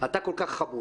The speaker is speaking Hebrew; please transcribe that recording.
אתה כל כך חמוד.